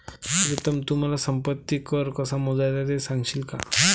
प्रीतम तू मला संपत्ती कर कसा मोजायचा ते सांगशील का?